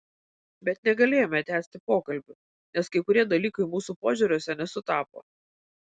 bet negalėjome tęsti pokalbių nes kai kurie dalykai mūsų požiūriuose nesutapo